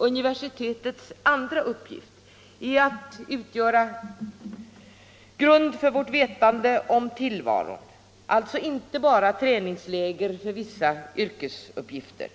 Universitetens andra uppgift är att utgöra grund för vårt vetande om tillvaron, alltså inte bara träningsläger för vissa yrkesuppgifter.